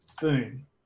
Boom